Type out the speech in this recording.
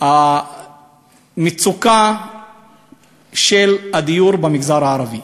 מצוקת הדיור במגזר הערבי.